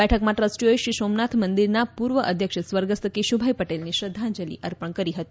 બેઠકમાં ટ્રસ્ટીઓએ શ્રીસોમનાથ મંદિરના પૂર્વ અધ્યક્ષ સ્વર્ગસ્થ કેશુભાઈ પટેલને શ્રધ્ધાંજલિ અર્પણ કરી હતી